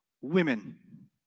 women